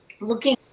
Looking